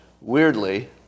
weirdly